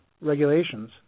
regulations